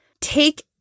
Take